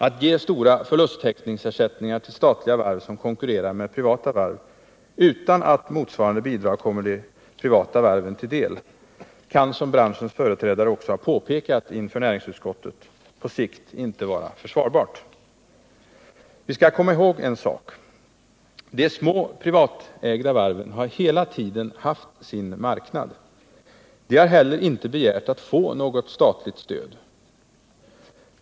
Att ge stora förlusttäckningsersättningar till statliga varv som konkurrerar med privata varv — utan att motsvarande bidrag kommer de privata varven till del — kan, som branschens företrädare har påpekat inför utskottet, på sikt inte vara försvarbart. Vi skall komma ihåg en sak: de små privatägda varven har hela tiden haft sin marknad. De har heller inte begärt att få något statligt stöd.